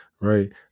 right